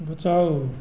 बचाओ